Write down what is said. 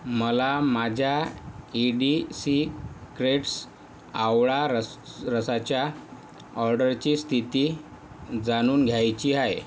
मला माझ्या ईडी सि क्रेट्स आवळा रस रसाच्या ऑर्डरची स्थिती जाणून घ्यायची आहे